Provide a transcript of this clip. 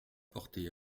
porter